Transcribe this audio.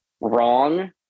wrong